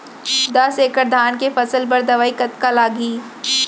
दस एकड़ धान के फसल बर दवई कतका लागही?